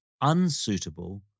unsuitable